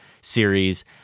series